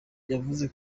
yavuze